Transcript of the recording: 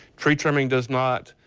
tree trimming does not.